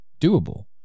doable